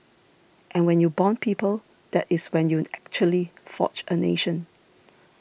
and when you bond people that is when you actually forge a nation